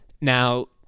Now